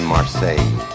Marseille